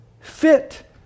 fit